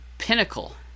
pinnacle